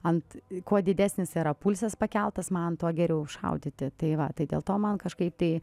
ant kuo didesnis yra pulsas pakeltas man to geriau šaudyti tai va tai dėl to man kažkaip tai